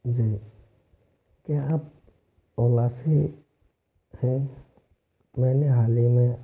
जी क्या आप ओला से हैं मैंने हाल ही में